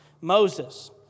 Moses